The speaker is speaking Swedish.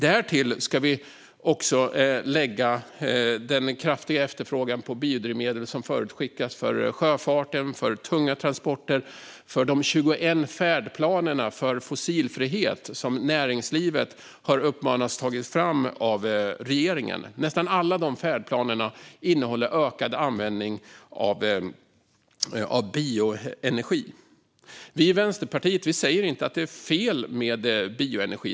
Därtill ska vi lägga den kraftiga efterfrågan på biodrivmedel som förutskickas för sjöfarten, för tunga transporter och för de 21 färdplaner för fossilfrihet som regeringen har uppmanat näringslivet att ta fram. Nästan alla dessa färdplaner innehåller ökad användning av bioenergi. Vi i Vänsterpartiet säger inte att det är fel med bioenergi.